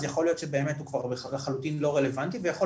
אז יכול להיות שבאמת הוא לחלוטין לא רלבנטי ויכול